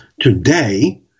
today